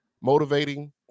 motivating